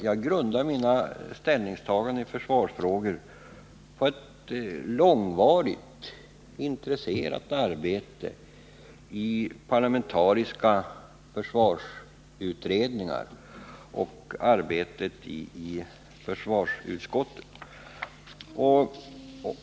Jag grundar dem på ett långvarigt, intresserat arbete i parlamentariska försvarsutredningar och i försvarsutskottet.